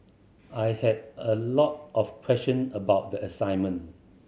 I had a lot of question about the assignment